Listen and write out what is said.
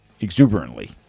exuberantly